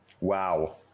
Wow